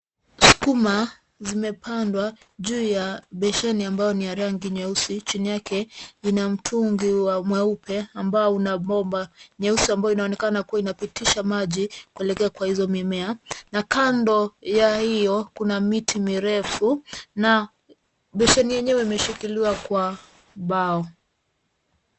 Sukuma zimepandwa juu ya beseni ambayo ni ya rangi nyeusi . Chini yake ina mtungi wa mweupe ambao una bomba nyeusi ambayo inaonekana kuwa inapitisha maji kuelekea kwa hizo mimea na kando ya hiyo ,kuna miti mirefu na beseni yenyewe imeshikiliwa kwa bao.